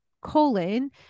colon